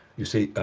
you see.